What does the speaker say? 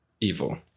evil